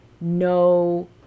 No